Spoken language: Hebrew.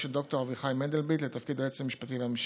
של ד"ר אביחי מנדלבליט לתפקיד היועץ המשפטי לממשלה.